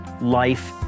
life